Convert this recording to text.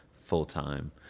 full-time